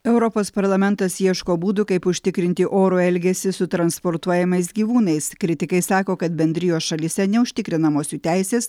europos parlamentas ieško būdų kaip užtikrinti orų elgesį su transportuojamais gyvūnais kritikai sako kad bendrijos šalyse neužtikrinamos jų teisės